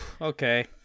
okay